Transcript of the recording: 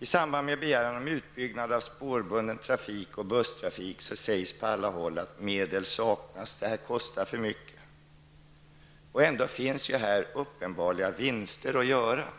I samband med begäran om utbyggnad av spårbunden trafik och busstrafik sägs från alla håll att medel saknas och att det kostar för mycket. Ändå finns det uppenbara vinster att göra här.